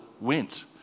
went